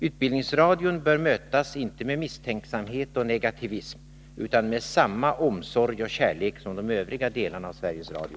Utbildningsradion bör mötas inte med misstänk samhet och negativism utan med samma omsorg och kärlek som de övriga delarna av Sveriges Radio.